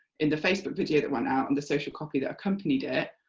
in the facebook video that went out and the social copy that accompanied it,